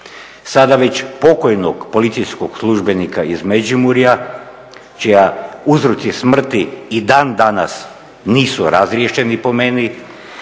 sada već pokojnog policijskog službenika iz Međimurja čiji uzroci smrti i dan danas nisu razriješeni, po meni,